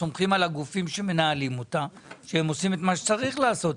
סומכים על הגופים שעושים את מה שצריך לעשות.